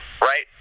right